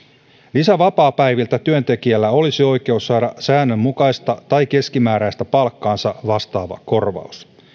lisävapaapäiviltä työntekijällä olisi oikeus saada säännönmukaista tai keskimääräistä palkkaansa vastaava korvaus